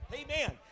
Amen